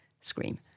scream